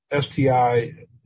STI